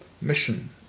mission